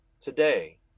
Today